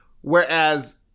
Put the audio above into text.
Whereas